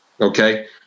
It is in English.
Okay